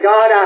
God